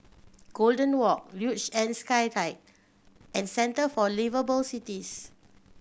Golden Walk Luge and Skyride and Centre for Liveable Cities